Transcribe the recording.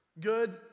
good